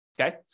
okay